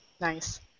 Nice